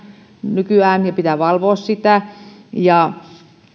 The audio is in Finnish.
nykyään pitää valvoa sitä ja